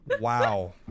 Wow